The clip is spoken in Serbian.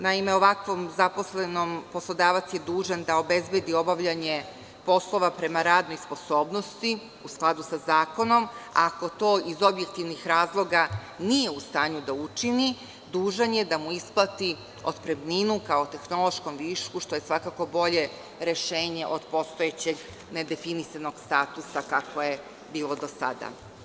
Naime, ovakvom zaposlenom poslodavac je dužan da obezbedi obavljanje poslova prema radnoj sposobnosti u skladu sa zakonom, ako to iz objektivnih razloga nije u stanju da učini, dužan je da mu isplati otpremninu kao tehnološkom višku, što je svakako bolje rešenje od postojećeg nedefinisanog statusa kakvo je bilo do sada.